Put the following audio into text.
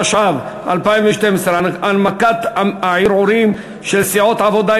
התשע"ב 2012. הנמקת הערעורים של סיעות העבודה,